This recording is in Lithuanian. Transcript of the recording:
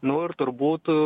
nu ir turbūt